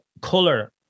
color